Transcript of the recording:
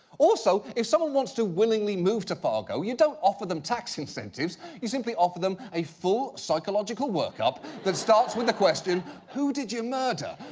also, if someone wants to willingly move to fargo, you don't offer them tax incentives, you simply offer them a full psychological work-up that starts with the question, who did you murder?